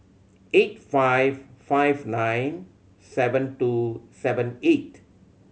eight five five nine seven two seven eight